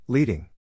Leading